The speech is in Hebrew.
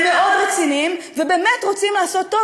מאוד רציניים ובאמת רוצים לעשות טוב,